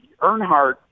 Earnhardt